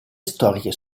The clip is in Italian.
storiche